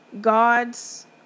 God's